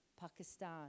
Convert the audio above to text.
Pakistan